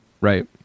right